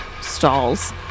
stalls